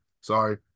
Sorry